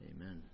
Amen